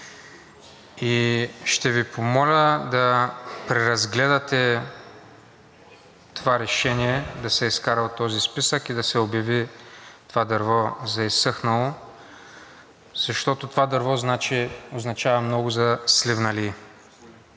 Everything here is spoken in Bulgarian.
Ще Ви помоля да преразгледате това решение да се изкара от този списък и да се обяви това дърво за изсъхнало, защото това дърво означава много за сливналии.